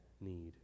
need